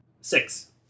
Six